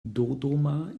dodoma